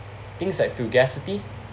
things like